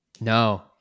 No